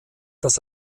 das